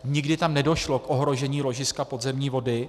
Nikdy tam nedošlo k ohrožení ložiska podzemní vody.